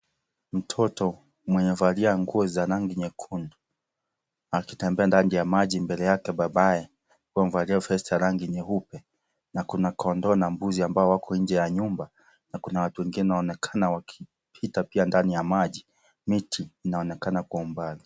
Mtoto mwenye amevalia ngo za rangi nyekundu akitembea ndani ya maji mbele yake babaye akiwa amevalia vesti ya rangi nyeupe na kuna kondoo na mbuzi ambao wako nje ya nyumba na kuna watu wengine wanaonekana wakipita pia ndani ya maji, miti inaonekana kwa umbali.